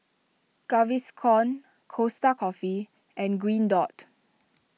Gaviscon Costa Coffee and Green Dot